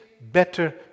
better